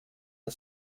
the